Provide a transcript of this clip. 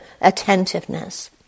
attentiveness